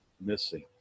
missing